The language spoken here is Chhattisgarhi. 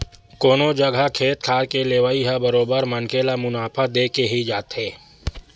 कोनो जघा खेत खार के लेवई ह बरोबर मनखे ल मुनाफा देके ही जाथे